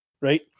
right